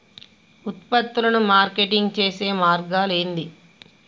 ఉత్పత్తులను మార్కెటింగ్ చేసే మార్గాలు ఏంది?